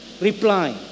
reply